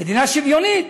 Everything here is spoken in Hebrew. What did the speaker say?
מדינה שוויונית,